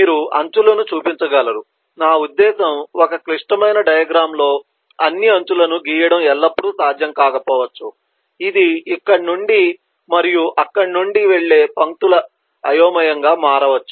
మీరు అంచులను చూపించగలరు నా ఉద్దేశ్యం ఒక క్లిష్టమైన డయాగ్రమ్ లో అన్ని అంచులను గీయడం ఎల్లప్పుడూ సాధ్యం కాకపోవచ్చు ఇది ఇక్కడినుండి మరియు అక్కడి నుండి వెళ్ళే పంక్తుల అయోమయంగా మారవచ్చు